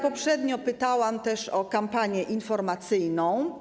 Poprzednio pytałam też o kampanię informacyjną.